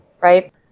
right